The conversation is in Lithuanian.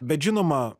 bet žinoma